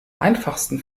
einfachsten